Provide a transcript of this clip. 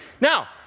now